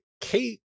kate